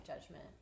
judgment